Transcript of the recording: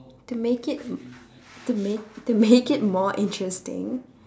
to make it to make to make it more interesting